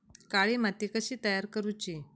काळी माती कशी तयार करूची?